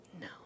No